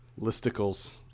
Listicles